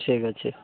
ଠିକ୍ ଅଛି